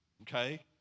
Okay